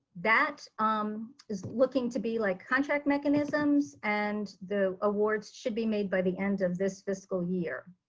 that um is looking to be like contract mechanisms, and the awards should be made by the end of this fiscal year.